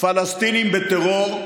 פלסטינים בטרור,